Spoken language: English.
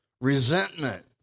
resentment